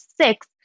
six